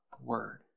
word